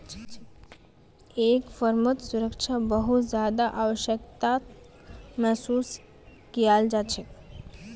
एक फर्मत सुरक्षा बहुत ज्यादा आवश्यकताक महसूस कियाल जा छेक